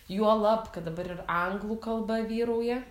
juolab kad dabar ir anglų kalba vyrauja